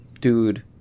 Dude